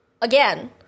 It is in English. again